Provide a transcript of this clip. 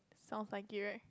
sounds like it right